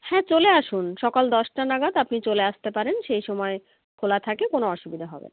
হ্যাঁ চলে আসুন সকাল দশটা নাগাদ আপনি চলে আসতে পারেন সেই সময়ে খোলা থাকে কোনো অসুবিধে হবে না